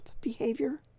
behavior